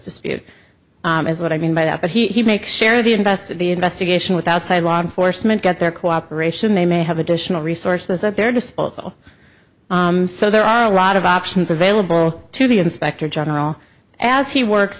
dispute is what i mean by that but he makes sure if you invest in the investigation with outside law enforcement get their cooperation they may have additional resources at their disposal so there are a lot of options available to the inspector general as he works